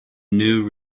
new